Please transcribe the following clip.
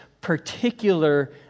particular